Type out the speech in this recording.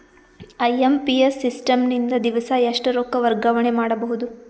IMPS system ನಿಂದ ದಿವಸಾ ಎಷ್ಟ ರೊಕ್ಕ ವರ್ಗಾವಣೆ ಮಾಡಬಹುದು?